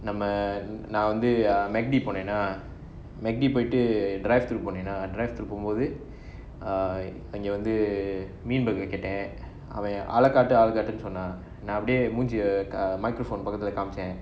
நம்ம நான் வந்து:namma naan vanthu macd போனேனா:ponena macd போய்ட்டு:poitu drafter போனேனா:ponena drafter போகும்போது அங்க வந்து மீன்:pogum pothu anga vanthu meen burger கேட்டேன் அவன் ஆள காட்டு ஆள காட்டுனு சொன்னான் நான் வந்து மூஞ்சிய:keten avan aala kaatu aala kaatunu sonnan naan vanthu moonchiya microzoom பக்கத்துல காமிச்சேன்:pakkathula kamichen